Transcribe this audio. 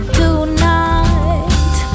tonight